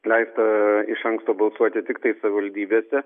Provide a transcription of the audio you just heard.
leista iš anksto balsuoti tiktai savivaldybėse